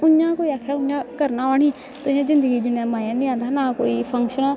उइ'यां कोई आक्खे उइ'यां करना होऐ निं ते जिंदगी जीने दा मजा निं औंदा ना कोई फंक्शन